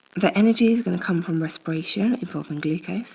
the energy is gonna come from respiration involving glucose